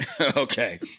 Okay